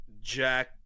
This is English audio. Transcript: Jack